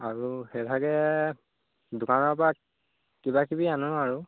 আৰু সেইভাগে দোকানৰ পৰা কিবা কিবি আনো আৰু